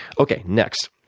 okay, next.